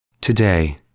Today